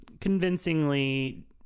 convincingly